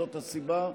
זאת הסיבה,